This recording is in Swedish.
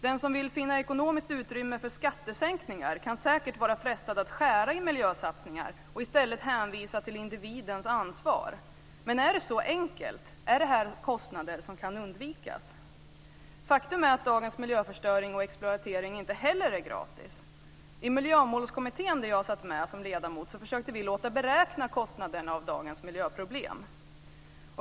Den som vill finna ekonomiskt utrymme för skattesänkningar kan säkert vara frestad att skära i miljösatsningar och i stället hänvisa till individens ansvar. Men är det så enkelt? Är det kostnader som kan undvikas? Faktum är att dagens miljöförstöring och exploatering inte heller är gratis. I Miljömålskommittén, där jag satt med som ledamot, försökte vi låta beräkna kostnaderna av dagens miljöproblem.